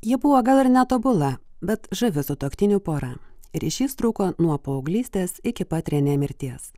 jie buvo gal ir netobula bet žavi sutuoktinių porą ryšys truko nuo paauglystės iki pat renė mirties